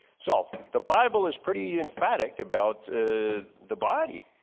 so the bible is pretty emphatic about the body